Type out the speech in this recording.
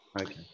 Okay